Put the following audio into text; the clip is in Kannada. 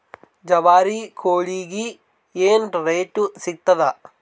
ಜವಾರಿ ಕೋಳಿಗಿ ಏನ್ ರೇಟ್ ಸಿಗ್ತದ?